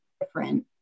different